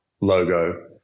logo